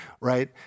right